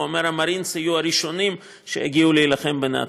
הוא אומר: המארינס יהיו הראשונים שיגיעו להילחם בנאצים.